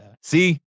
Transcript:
See